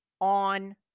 on